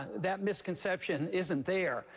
that misconception isn't there.